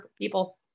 people